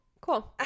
cool